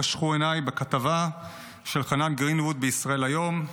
חשכו עיניי בכתבה של חנן גרינווד בישראל היום.